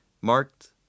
marked